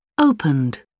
Opened